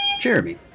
Jeremy